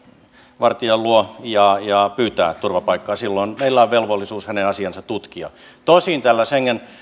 rajavartijan luo ja ja pyytää turvapaikkaa silloin meillä on velvollisuus hänen asiansa tutkia tosin tällä schengen